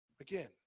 again